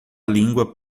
língua